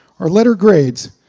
are letter grades.